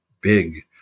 big